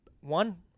one